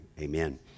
Amen